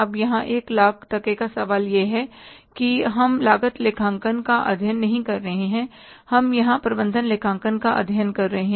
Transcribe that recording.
अब यहाँ एक लाख टके का सवाल है कि हम लागत लेखांकन का अध्ययन नहीं कर रहे हैं हम यहाँ प्रबंधन लेखांकन का अध्ययन कर रहे हैं